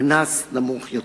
קנס נמוך יותר.